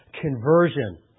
conversion